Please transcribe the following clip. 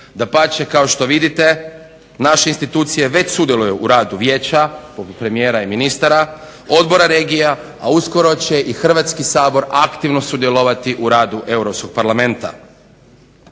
Dapače kao što vidite naše institucije već sudjeluju u radu vijeća, poput premijera i ministara, odbora regija, a uskoro će i Hrvatski sabor aktivno sudjelovati u radu Europskog parlamenta.